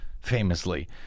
famously